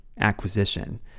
acquisition